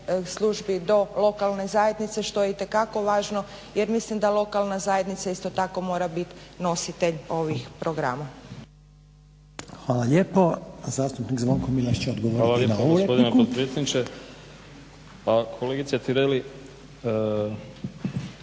službi do lokalne zajednice što je itekako važno jer mislim da lokalna zajednica isto tako mora biti nositelj ovih programa. **Reiner, Željko (HDZ)** Hvala lijepa. Zastupnik Zvonko Milas će odgovoriti na ovu repliku. **Milas, Zvonko (HDZ)** Hvala lijepo gospodine potpredsjedniče. Kolegice Tireli,